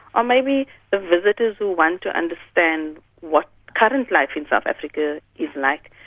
or maybe the visitors who want to understand what current life in south africa is like,